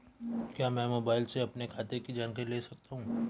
क्या मैं मोबाइल से अपने खाते की जानकारी ले सकता हूँ?